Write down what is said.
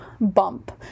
bump